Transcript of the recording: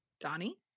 Donnie